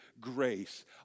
grace